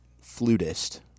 flutist